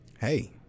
Hey